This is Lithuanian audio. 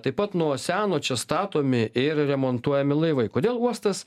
taip pat nuo seno čia statomi ir remontuojami laivai kodėl uostas